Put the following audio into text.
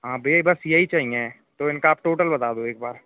हाँ भइया बस यही चाहिए तो इनका आप टोटल बता दो एक बार